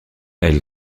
elle